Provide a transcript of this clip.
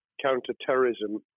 counter-terrorism